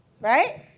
right